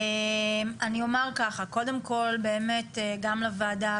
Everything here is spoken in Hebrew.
קודם כל גם לוועדה,